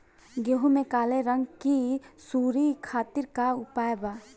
गेहूँ में काले रंग की सूड़ी खातिर का उपाय बा?